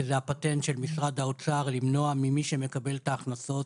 של הפטנט של משרד האוצר למנוע ממי שמקבל את ההכנסות